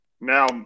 now